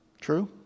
True